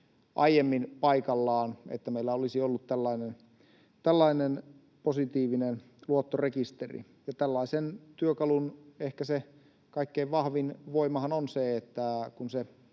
aiemmin paikallaan, että meillä olisi ollut tällainen positiivinen luottorekisteri. Tällaisen työkalun ehkä se kaikkein vahvin voimahan on se, että kun se